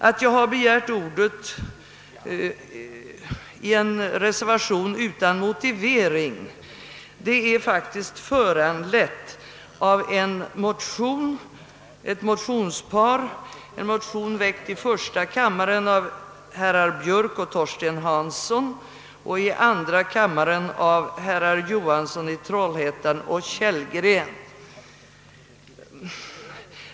Att jag har begärt ordet i samband med en reservation utan motivering är föranlett av två likalydande motioner, den ena väckt i första kammaren av herrar Björk och Torsten Hansson och den andra i denna kammare av herrar Johansson i Trollhättan och Kellgren.